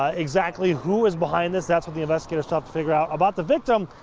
ah exactly who is behind this, that's what the investigators have to figure out. about the victim,